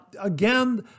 again